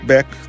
Back